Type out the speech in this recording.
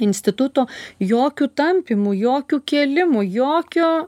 instituto jokių tampymų jokių kėlimų jokio